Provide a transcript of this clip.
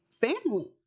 Family